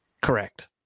Correct